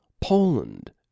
Poland